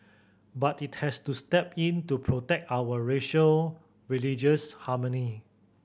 but it has to step in to protect our racial religious harmony